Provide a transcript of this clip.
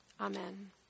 Amen